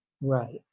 Right